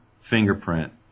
fingerprint